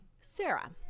Sarah